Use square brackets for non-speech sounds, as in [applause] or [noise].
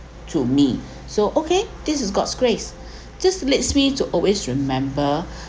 to me [breath] so okay this is god's grace [breath] just leads me to always remember [breath]